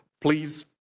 please